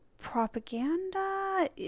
propaganda